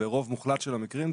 ברוב מוחלט של המקרים,